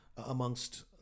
amongst